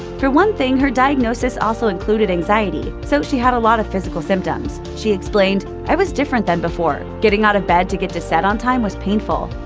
for one thing, her diagnosis also included anxiety, so she had a lot of physical symptoms. she explained, i was different than before. getting out of bed to get to set on time was painful.